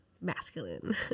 masculine